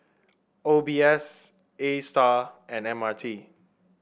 O B S Astar and M R T